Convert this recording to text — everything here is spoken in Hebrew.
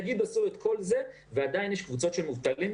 נגיד שעשו את כל זה ועדיין יש קבוצות של מובטלים,